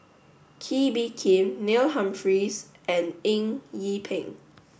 Kee Bee Khim Neil Humphreys and Eng Yee Peng